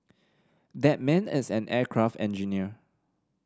that man is an aircraft engineer